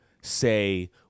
say